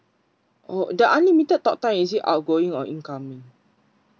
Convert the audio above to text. oh the unlimited talk time is it outgoing or incoming